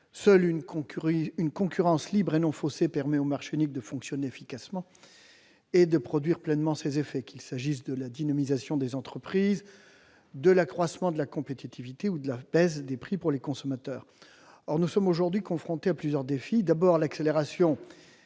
Seule une concurrence libre et non faussée permet au marché unique de fonctionner efficacement et de produire pleinement ses effets, qu'il s'agisse de la dynamisation des entreprises, de l'accroissement de la compétitivité ou de la baisse des prix pour les consommateurs. Or nous sommes aujourd'hui confrontés à plusieurs défis : tout d'abord, l'accélération